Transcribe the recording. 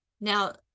now